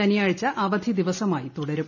ശനിയാഴ്ച അവധി ദിവസമായി തുടരും